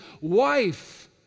wife